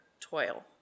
toil